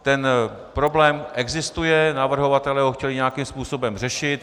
Ten problém existuje, navrhovatelé ho chtěli nějakým způsobem řešit.